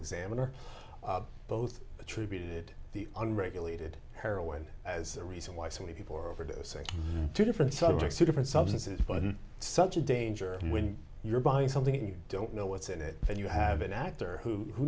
examiner both attributed the unregulated caraway as a reason why so many people are overdosing to different subject to different substances but such a danger when you're buying something you don't know what's in it and you have an actor who who